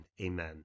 Amen